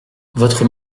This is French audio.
votre